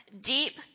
deep